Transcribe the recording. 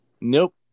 Nope